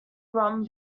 run